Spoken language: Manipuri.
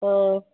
ꯍꯣꯏ